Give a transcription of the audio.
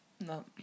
No